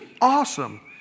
awesome